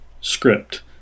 script